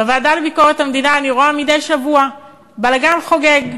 בוועדה לביקורת המדינה אני רואה מדי שבוע בלגן חוגג.